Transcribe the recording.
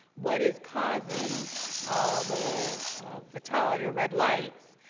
what is causing all the fatality or red lights,